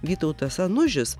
vytautas anužis